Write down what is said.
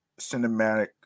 cinematic